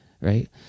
right